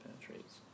penetrates